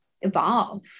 evolve